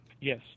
Yes